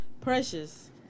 Precious